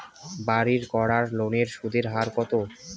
বাড়ির করার লোনের সুদের হার কত?